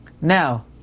Now